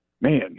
man